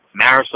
Marisol